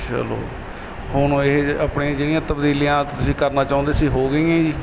ਚਲੋ ਹੁਣ ਇਹ ਜੇ ਆਪਣੀਆਂ ਜਿਹੜੀਆਂ ਤਬਦੀਲੀਆਂ ਤੁਸੀਂ ਕਰਨਾ ਚਾਹੁੰਦੇ ਸੀ ਹੋ ਗਈਆਂ ਜੀ